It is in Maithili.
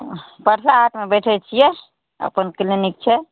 परसा हाटमे बैठै छियै अपन क्लिनिक छै